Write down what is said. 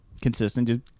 consistent